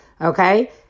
okay